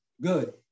Good